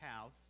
house